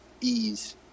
ease